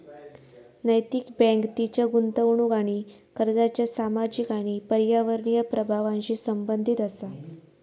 नैतिक बँक तिच्या गुंतवणूक आणि कर्जाच्या सामाजिक आणि पर्यावरणीय प्रभावांशी संबंधित असा